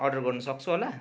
order गर्नु सक्छु होला